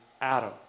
Adam